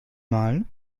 malen